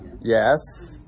Yes